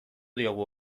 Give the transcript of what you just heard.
diogu